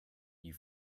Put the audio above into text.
you